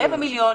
רבע מיליון.